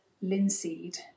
linseed